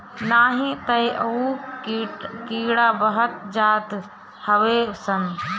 नाही तअ उ कीड़ा बढ़त जात हवे सन